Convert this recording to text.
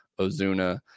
Ozuna